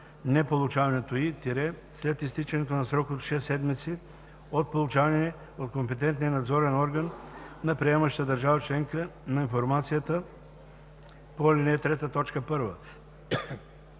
неполучаването ѝ – след изтичането на срок от 6 седмици от получаване от компетентния надзорен орган на приемащата държава членка на информацията по ал. 3,